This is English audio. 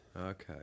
Okay